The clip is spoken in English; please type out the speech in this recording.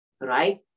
right